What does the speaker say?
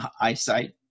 eyesight